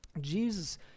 Jesus